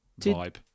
vibe